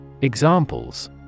Examples